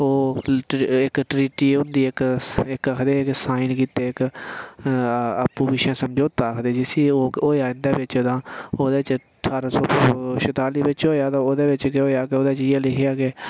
ओह् इक ट्री इक ट्रीट्र होंदी इक आखदे कि साइन कीते इक आपूं पिच्छें समझोता आखदे जिसी ओह् होएआ इं'दे बिच तां ओह्दे च ठारां सौ छताली बिच होएआ तां ओह्दे बिच केह् होएआ कि ओह्दे च इ'यै लिखेआ कि